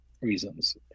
reasons